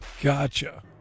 Gotcha